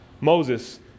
Moses